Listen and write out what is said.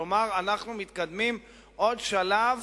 כלומר, אנחנו מתקדמים עוד שלב